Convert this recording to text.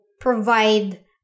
provide